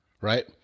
right